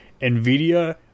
NVIDIA